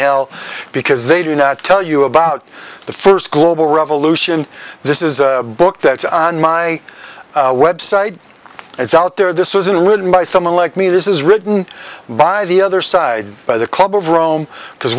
hell because they do not tell you about the first global revolution this is a book that's on my website it's out there this isn't written by someone like me this is written by the other side by the club of rome because